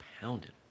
pounded